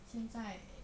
现在